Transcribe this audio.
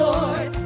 Lord